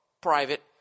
private